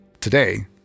Today